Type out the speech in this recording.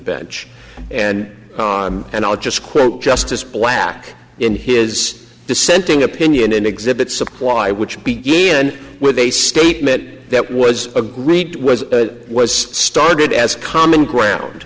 bench and on and i'll just quote justice black in his dissenting opinion in exhibit supply which begin with a state mitt that was agreed was was started as common ground